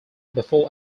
before